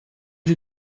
sie